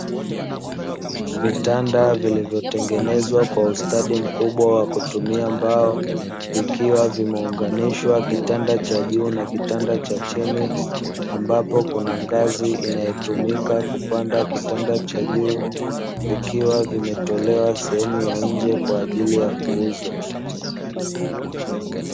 Vitanda vilivyotengenezwa kwa ustadi mkubwa wa kutumia mbao vikiwa vimeunganishwa kitanda cha juu na kitanda cha chini, ambapo kuna ngazi inayotumika kupanda kitanda cha juu, vikiwa vimetolewa sehemu ya nje kwa ajili ya kuuzwa.